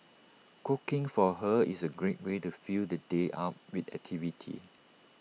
cooking for her is A great way to fill the day up with activity